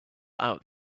out